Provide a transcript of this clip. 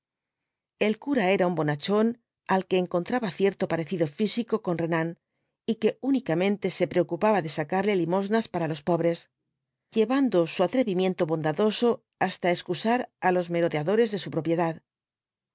el cura era un bonachón al que encontraba cierto parecido físico con renán y que únicamente se preocupaba de sacarle limosnas para los pobres llevando su atrevimiento bondadoso hasta excusar á los merodeadores de su propiedad